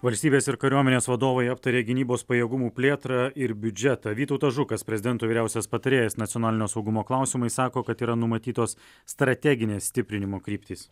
valstybės ir kariuomenės vadovai aptarė gynybos pajėgumų plėtrą ir biudžetą vytautas žukas prezidento vyriausias patarėjas nacionalinio saugumo klausimais sako kad yra numatytos strateginės stiprinimo kryptys